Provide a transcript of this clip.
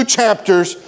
chapters